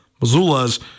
Missoula's